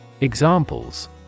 Examples